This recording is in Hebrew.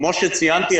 כפי שציינתי,